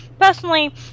Personally